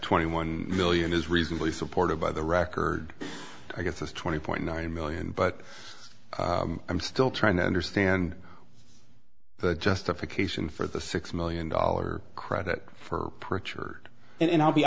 twenty one million is reasonably supported by the record i guess is twenty point nine million but i'm still trying to understand the justification for the six million dollar credit for pritchard and i'll be